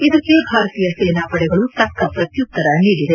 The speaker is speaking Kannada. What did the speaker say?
ಇದಕ್ಕೆ ಭಾರತೀಯ ಸೇನಾ ಪಡೆಗಳು ತಕ್ಕ ಪ್ರತ್ಚುತ್ತರ ನೀಡಿವೆ